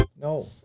No